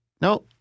no